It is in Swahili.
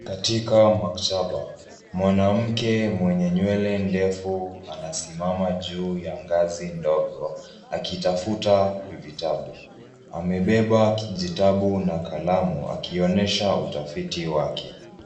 Katika maktaba mwanamke mwenye nywele ndefu anasimama juu ya ngazi ndogo akitafut vitabu. Amebeba kijitabu na kalamu akionyesha utafiti wake.